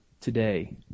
today